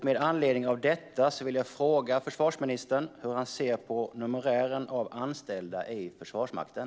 Med anledning av detta vill jag fråga försvarsministern hur han ser på numerären av anställda i Försvarsmakten.